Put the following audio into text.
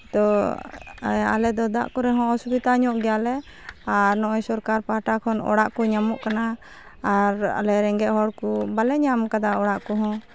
ᱛᱚ ᱟᱞᱮ ᱫᱚ ᱫᱟᱜ ᱠᱚᱨᱮ ᱦᱚᱸ ᱚᱥᱩᱵᱤᱫᱟ ᱧᱚᱜ ᱜᱮᱭᱟᱞᱮ ᱟᱨ ᱱᱚᱜᱼᱚᱭ ᱥᱚᱨᱠᱟᱨ ᱯᱟᱦᱚᱴᱟ ᱠᱷᱚᱱ ᱚᱲᱟᱜ ᱠᱚ ᱧᱟᱢᱚᱜ ᱠᱟᱱᱟ ᱟᱨ ᱟᱞᱮ ᱨᱮᱸᱜᱮᱡᱽ ᱦᱚᱲ ᱠᱚ ᱵᱟᱞᱮ ᱧᱟᱢ ᱟᱠᱟᱫᱟ ᱚᱲᱟᱜ ᱠᱚᱦᱚᱸ